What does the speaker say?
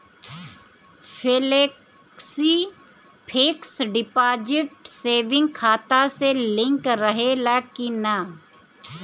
Flexi fixed deposit saving खाता से link रहले कि ना?